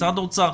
משרד האוצר,